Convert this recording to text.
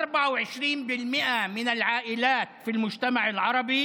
(אומר בערבית: אצל 24% מהמשפחות בחברה הערבית